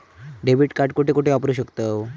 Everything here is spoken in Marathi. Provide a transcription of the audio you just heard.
डेबिट कार्ड कुठे कुठे वापरू शकतव?